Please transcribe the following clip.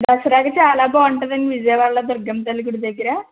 దసరాకి చాలా బాగుంటుందండి విజయవాడలో దుర్గమ్మ తల్లి గుడి దగ్గర